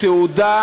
תעודת